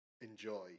enjoy